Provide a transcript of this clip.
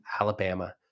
Alabama